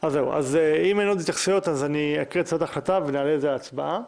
אם אין עוד התייחסויות, אעלה את זה להצבעה: